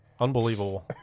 unbelievable